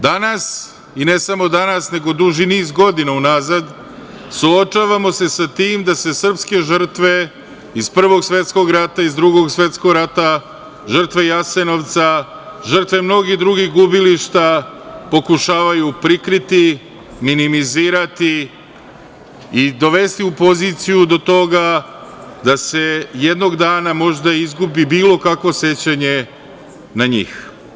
Danas, i ne samo danas nego duži niz godina unazad, suočavamo se sa tim da se srpske žrtve iz Prvog svetskog rata, iz Drugog svetskog rata, žrtve Jasenovca, žrtve mnogih drugih gubilišta pokušavaju prikriti, minimizirati i dovesti u poziciju do toga da se jednog dana možda izgubi bilo kakvo sećanje na njih.